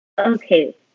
okay